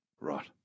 Right